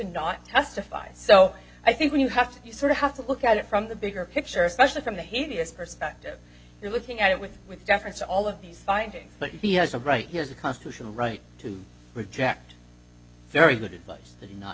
not testify and so i think when you have to you sort of have to look at it from the bigger picture especially from the hideous perspective you're looking at it with with deference to all of these findings but he has a right here's a constitutional right to reject very good advice that not